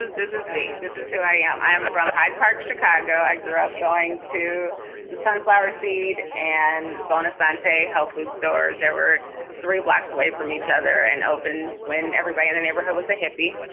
ah this is me this is who i yeah am. i am from hyde park, chicago. i grew up going to the sunflower seed and bonus sante health food stores that were three blocks away from each other and opened when everybody in the neighborhood was a hippie.